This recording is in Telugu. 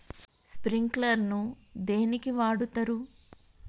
స్ప్రింక్లర్ ను దేనికి వాడుతరు?